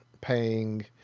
paying